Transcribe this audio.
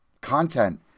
content